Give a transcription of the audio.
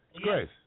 Great